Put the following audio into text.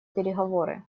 переговоры